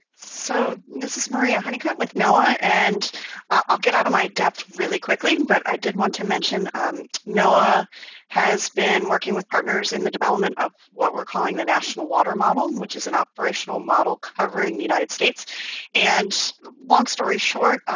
so this is maria honeycutt with noaa and i'll get out of my depth really quickly but i did want to mention um noaa has been working with partners in the development of what we're calling the national water model which is an operational model covering the united states and long story short,